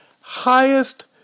highest